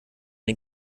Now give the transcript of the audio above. den